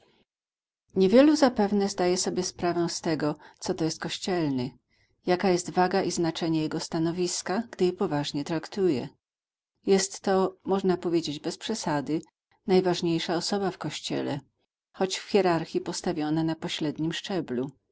niewielu zapewne zdaje sobie sprawę z tego co to jest kościelny jaka jest waga i znaczenie jego stanowiska gdy je poważnie traktuje jest to można powiedzieć bez przesady najważniejsza osoba w kościele choć w hierarchji postawiona na poślednim szczeblu